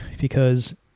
because-